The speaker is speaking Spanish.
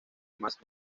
más